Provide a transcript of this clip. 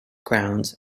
grounds